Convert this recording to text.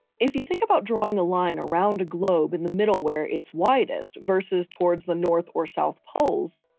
if you think about drawing a line around a globe in the middle where it's widest, versus towards the north or south poles,